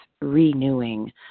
renewing